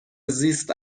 زیست